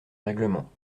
règlement